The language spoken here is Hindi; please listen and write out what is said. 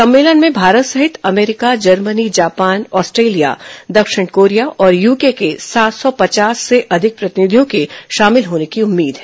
सम्मेलन में भारत सहित अमेरिका जर्मनी जापान आस्ट्रेलिया दक्षिण कोरिया और यूके के सात सौ पचास से अधिक प्रतिनिधियों के शामिल होने की उम्मीद है